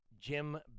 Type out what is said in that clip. Jim